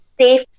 safe